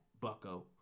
bucko